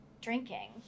drinking